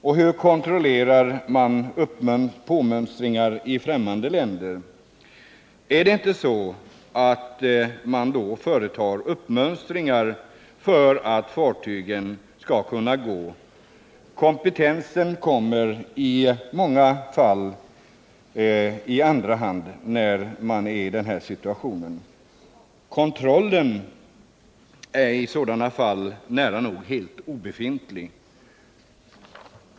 Och hur kontrollerar man påmönstringar i främmande länder? Är det inte så att man då företar uppmönstringar för att fartygen skall kunna gå? Kompetensen kommeri denna situation i många fall i andra hand. Kontrollen är i sådana fall nära nog obefintlig.